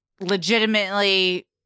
legitimately